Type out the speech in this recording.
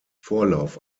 vorlauf